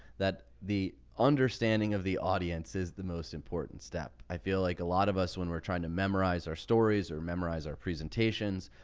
that the understanding of the audience is the most important step. i feel like a lot of us, when we're trying to memorize our stories or memorize our presentations,